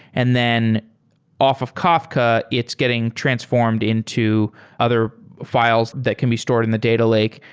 and then off of kafka, it's getting transformed into other files that can be stored in the data lake.